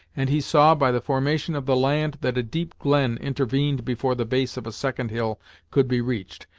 and he saw, by the formation of the land, that a deep glen intervened before the base of a second hill could be reached.